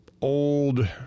old